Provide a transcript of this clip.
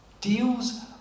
deals